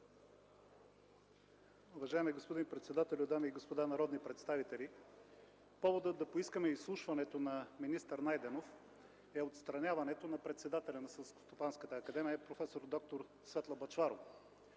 Уважаеми господин председателю, дами и господа народни представители! Поводът да поискаме изслушването на министър Найденов е отстраняването на председателя на Селскостопанската академия проф. д-р Светла Бъчварова